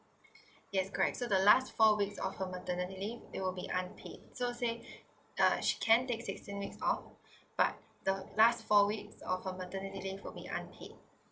yes correct so the last four weeks of her maternity leave it will be unpaid so say uh she can take sixteen weeks off but the the last four weeks of her maternity leave will be unpaid